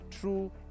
true